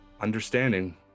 understanding